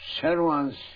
servants